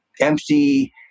empty